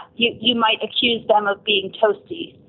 you you might accuse them of being! toasty!